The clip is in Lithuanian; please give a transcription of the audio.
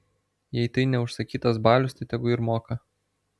jei tai ne užsakytas balius tai tegu ir moka